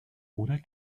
oder